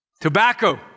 Tobacco